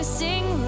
sing